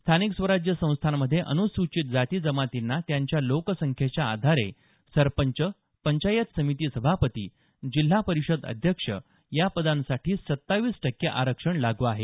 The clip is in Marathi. स्थानिक स्वराज्य संस्थांमध्ये अनुसूचित जाती जमातींना त्यांच्या लोकसंख्येच्या आधारे सरपंच पंचायत समिती सभापती जिल्हा परिषद अध्यक्ष या पदांसाठी सत्तावीस टक्के आरक्षण लागू आहे